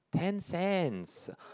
ten cents